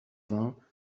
vingts